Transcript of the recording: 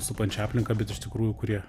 supančią aplinką bet iš tikrųjų kurie